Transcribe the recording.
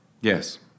Yes